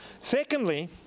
Secondly